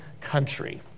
country